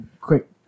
quick